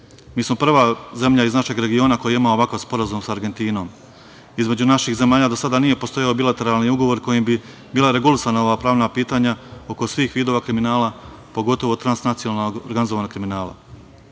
smo prva zemlja, iz našeg regiona, koja ima ovakva sporazum sa Argentinom. Između naših zemalja do sada nije postojao bilateralni ugovor kojim bi bila regulisana ova pravna pitanja oko svih vidova kriminala, pogotovo trans-nacionalnog organizovanog kriminala. Sada